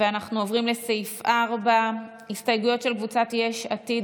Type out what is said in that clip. אנחנו עוברים לסעיף 4. הסתייגויות של קבוצת יש עתיד,